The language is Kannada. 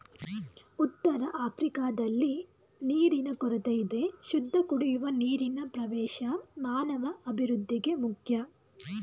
ಉತ್ತರಆಫ್ರಿಕಾದಲ್ಲಿ ನೀರಿನ ಕೊರತೆಯಿದೆ ಶುದ್ಧಕುಡಿಯುವ ನೀರಿನಪ್ರವೇಶ ಮಾನವಅಭಿವೃದ್ಧಿಗೆ ಮುಖ್ಯ